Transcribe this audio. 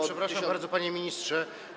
Przepraszam bardzo, panie ministrze.